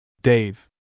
Dave